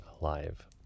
alive